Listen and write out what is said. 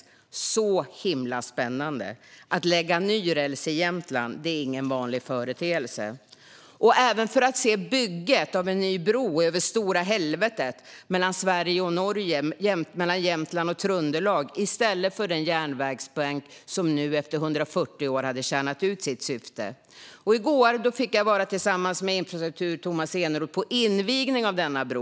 Det var så himla spännande. Att lägga ny räls i Jämtland är ingen vanlig företeelse. Jag var också där för att se bygget av en ny bro över Stora Helvetet, mellan Sverige och Norge, mellan Jämtland och Tröndelag, i stället för den järnvägsbank som nu efter 140 år hade tjänat ut sitt syfte. I går fick jag vara tillsammans med infrastrukturminister Tomas Eneroth på invigningen av denna bro.